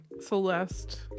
Celeste